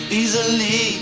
easily